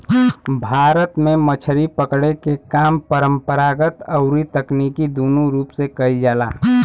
भारत में मछरी पकड़े के काम परंपरागत अउरी तकनीकी दूनो रूप से कईल जाला